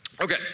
Okay